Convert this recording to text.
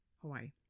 Hawaii